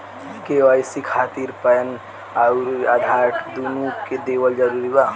KYC खातिर PAN आउर आधार दुनों देवल जरूरी बा?